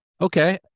Okay